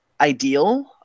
ideal